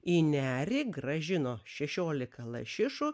į nerį grąžino šešiolika lašišų